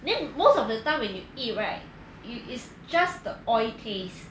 then most of the time when you eat right you it's just the oil taste